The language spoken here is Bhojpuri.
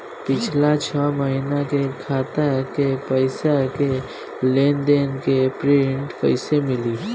पिछला छह महीना के खाता के पइसा के लेन देन के प्रींट कइसे मिली?